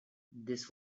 this